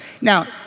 Now